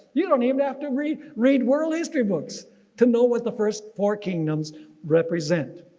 you don't even have to read read world history books to know what the first four kingdoms represent.